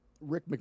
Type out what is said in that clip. Rick